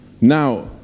Now